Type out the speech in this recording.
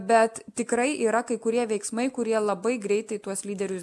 bet tikrai yra kai kurie veiksmai kurie labai greitai tuos lyderius